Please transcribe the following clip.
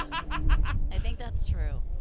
i think that's true.